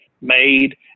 made